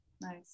nice